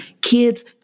kids